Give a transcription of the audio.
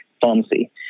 pharmacy